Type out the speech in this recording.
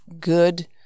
good